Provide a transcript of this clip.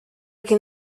can